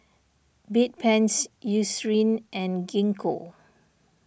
Bedpans Eucerin and Gingko